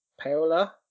Paola